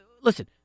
listen